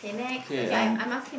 okay um